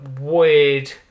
weird